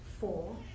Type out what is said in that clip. Four